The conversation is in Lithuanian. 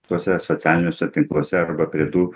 tuose socialiniuose tinkluose arba prie tų